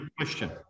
question